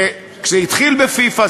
וכשזה התחיל בפיפ"א,